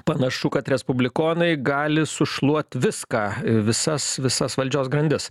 panašu kad respublikonai gali sušluot viską visas visas valdžios grandis